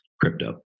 crypto